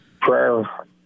prayer